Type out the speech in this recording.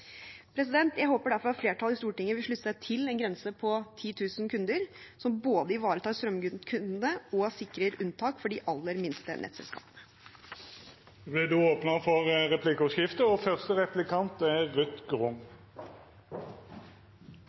Jeg håper derfor at flertallet i Stortinget vil slutte seg til en grense på 10 000 kunder – en grense som både ivaretar strømkundene og sikrer unntak for de aller minste nettselskapene. Det vert replikkordskifte. Det viser seg at Norges nettselskapsstruktur ikke er